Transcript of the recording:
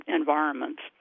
environments